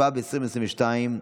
התשפ"ב 2022,